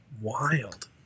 Wild